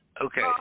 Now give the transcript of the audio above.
Okay